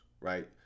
right